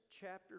chapter